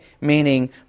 meaning